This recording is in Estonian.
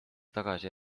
tagasi